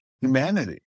humanity